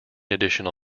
additional